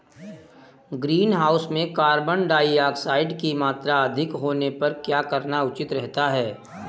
Greenhouse में carbon dioxide की मात्रा अधिक होने पर क्या करना उचित रहता है?